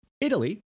Italy